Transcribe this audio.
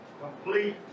complete